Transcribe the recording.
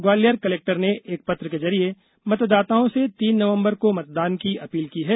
Gwalior collector ने एक पत्र के जरिए मतदाताओं से तीन नवंबर को मतदान की अपील की है